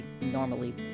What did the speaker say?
normally